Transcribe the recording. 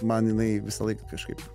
man jinai visą laiką kažkaip